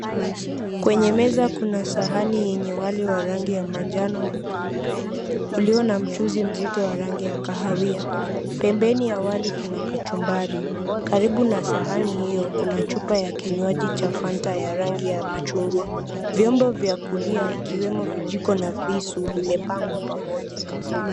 Kwenye meza kuna sahani yenye wali wa rangi ya manjano na nyeupe uliyo na mchuzi mzito wa rangi ya kahawia, pembeni ya wali kuna kachumbari karibu na sahani hiyo kuna chupa ya kinywaji cha Fanta ya rangi ya machungwa, vyombo vya kuli ikiwemo vijiko na visu vimepangwa pamoja.